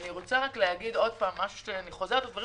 אני רוצה לומר עוד משהו ובעצם חוזרת על הדברים